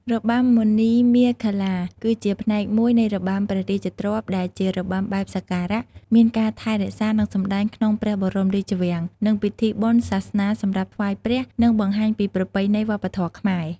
របាំមុនីមាឃលា គឺជាផ្នែកមួយនៃរបាំព្រះរាជទ្រព្យ ដែលជារបាំបែបសក្ការៈ មានការថែរក្សានិងសម្តែងក្នុងព្រះបរមរាជវាំង និងពិធីបុណ្យសាសនា សម្រាប់ថ្វាយព្រះ និងបង្ហាញពីប្រពៃណីវប្បធម៌ខ្មែរ។